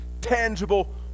tangible